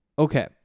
Okay